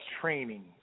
training